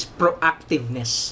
proactiveness